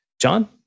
John